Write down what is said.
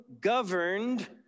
governed